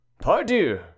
Pardieu